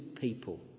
people